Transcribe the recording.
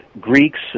Greeks